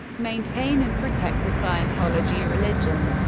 maintain and protect the scientology religion.